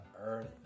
earth